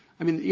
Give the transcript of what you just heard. i mean, you